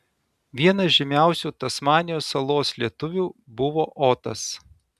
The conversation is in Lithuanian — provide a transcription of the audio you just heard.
vienas žymiausių tasmanijos salos lietuvių buvo otas